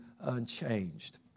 unchanged